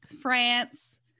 france